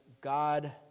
God